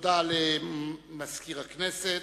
תודה למזכיר הכנסת.